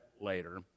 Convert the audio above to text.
later